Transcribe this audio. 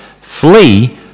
flee